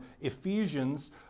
Ephesians